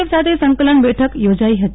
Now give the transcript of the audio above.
F સાથે સંકલન બેઠક યોજાઈ ફતી